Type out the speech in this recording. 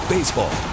Baseball